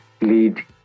lead